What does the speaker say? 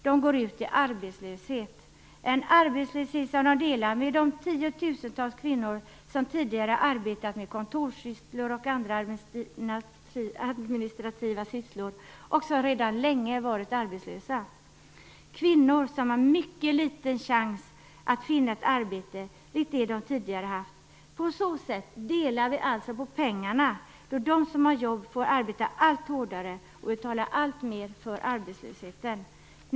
De går ut i arbetslöshet - en arbetslöshet som de delar med de tiotusentals kvinnor som tidigare arbetat med kontorssysslor och andra administrativa sysslor och som redan länge varit arbetslösa. Detta är kvinnor som har mycket liten chans att finna ett arbete likt det de tidigare haft. På så sätt delar vi alltså på pengarna då de som har jobb får jobba allt hårdare och betala alltmer för arbetslösheten.